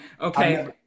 okay